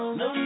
no